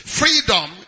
freedom